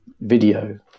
video